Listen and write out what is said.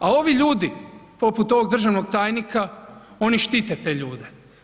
A ovi ljudi poput ovog državnog tajnika oni štite te ljude.